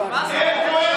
בוסו,